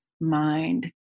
mind